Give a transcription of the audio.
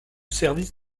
service